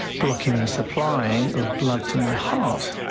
blocking the supply of blood to my heart.